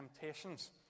temptations